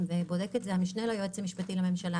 ובודק את זה המשנה ליועץ המשפטי לממשלה,